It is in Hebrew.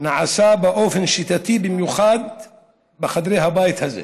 נעשה באופן שיטתי, במיוחד בחדרי הבית הזה,